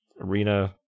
arena